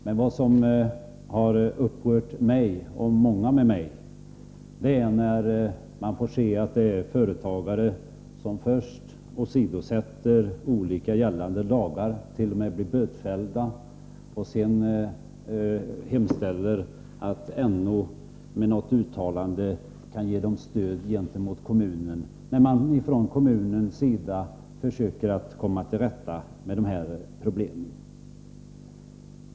Men vad som har upprört mig och många med mig är när företagare först åsidosätter olika gällande lagar, t.o.m. blir bötfällda, och sedan hemställer om att näringsfrihetsombuds mannen med något uttalande skall ge dem stöd gentemot kommunen, när man från kommunens sida försöker komma till rätta med dessa problem.